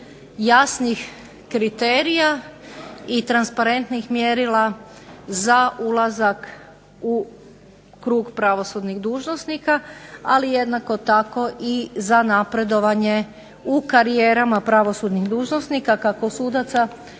jasnih kriterija i transparentnih mjerila za ulazak u krug pravosudnih dužnosnika, ali jednako tako i za napredovanje u karijerama pravosudnih dužnosnika kako sudaca